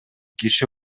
киши